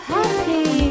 Happy